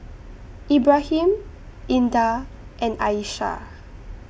Ibrahim Indah and Aishah